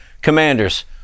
Commanders